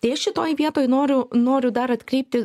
tai aš šitoj vietoj noriu noriu dar atkreipti